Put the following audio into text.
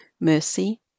mercy